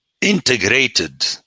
integrated